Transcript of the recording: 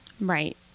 Right